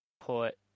put